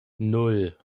nan